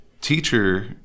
teacher